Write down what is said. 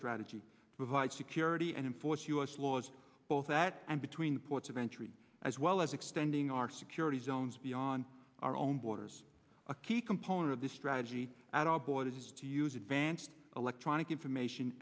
strategy provide security and enforce u s laws both that and between the ports of entry as well as extending our security zones beyond our own borders a key component of this strategy at all boy is to use advanced electronic information